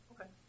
Okay